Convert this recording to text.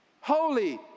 Holy